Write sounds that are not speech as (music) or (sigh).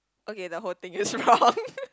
okay the whole thing is wrong (laughs)